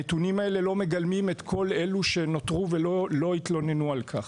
הנתונים האלה לא מגלמים את כל אלה שנותרו ולא התלוננו על כך.